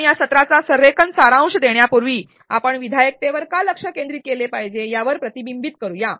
आपण या सत्राचा संरेखन सारांश देण्यापूर्वी आपण विधायकतेवर का लक्ष केंद्रित केले पाहिजे याचे प्रतिबिंब दाखवूया